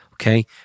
Okay